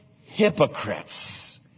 hypocrites